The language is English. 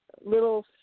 little